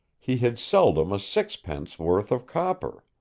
he had seldom a sixpence worth of copper.